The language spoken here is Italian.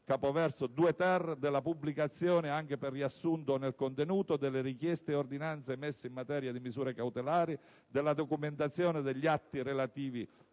capoverso 2-*ter*, della pubblicazione, anche per riassunto o nel contenuto, delle richieste e ordinanze emesse in materia di misure cautelari, della documentazione e degli atti relativi